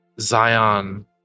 Zion